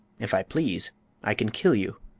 if i please i can kill you,